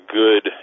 good